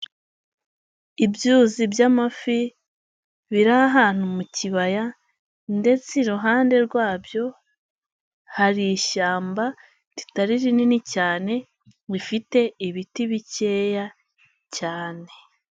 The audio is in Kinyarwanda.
Ibyuzi by'amafi biri ahantu mu kibaya ndetse iruhande rwabyo hari ishyamba ritari rinini cyane rifite ibiti bikeya cyane.